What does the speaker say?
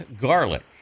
garlic